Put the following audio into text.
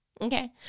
Okay